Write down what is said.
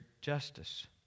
justice